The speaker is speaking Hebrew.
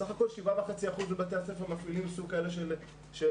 בסך הכול 7.5% מבתי הספר מפעילים סוג כזה של תוכניות.